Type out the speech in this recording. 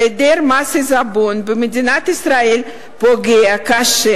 היעדר מס עיזבון במדינת ישראל פוגע קשה